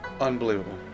Unbelievable